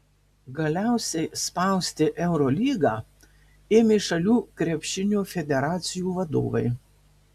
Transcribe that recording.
galiausiai spausti eurolygą ėmė šalių krepšinio federacijų vadovai